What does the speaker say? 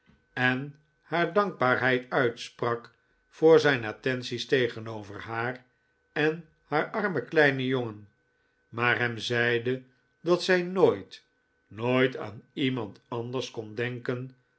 en haar dankbaarheid uitsprak voor zijn attenties tegenover haar en haar armen kleinen jongen maar hem zeide dat zij nooit nooit aan iemand anders kon denken